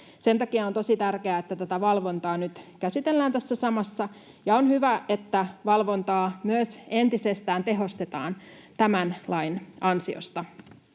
Sen takia on tosi tärkeää, että tätä valvontaa nyt käsitellään tässä samassa, ja on hyvä, että valvontaa entisestään myös tehostetaan tämän lain ansiosta.